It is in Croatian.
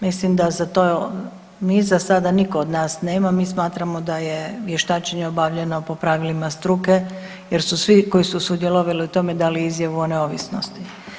Mislim da za to, mi za sada nitko od nas nema, mi smatramo da je vještačenje obavljeno po pravilima struke jer su svi koji su sudjelovali u tome, dali izjavu o neovisnosti.